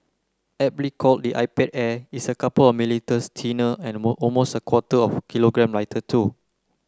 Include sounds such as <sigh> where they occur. aptly called the iPad Air it's a couple of millimetres thinner and <unintelligible> almost a quarter of kilogram lighter too